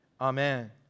Amen